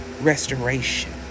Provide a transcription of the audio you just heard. restoration